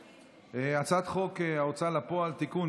הצעת חוק ההוצאה לפועל (תיקון,